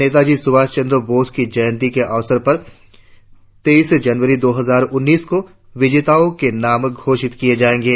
नेताजी सुभाष चंद्र बोस की जयंती के अवसर पर तेईस जनवरी दो हजार उन्नीस को विजेताओं के नाम घोषित किए जाएंगे